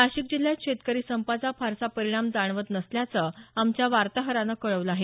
नाशिक जिल्ह्यात शेतकरी संपाचा फारसा परिणाम जाणवत नसल्याचं आमच्या वार्ताहरानं कळवलं आहे